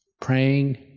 praying